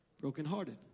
brokenhearted